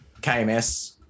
KMS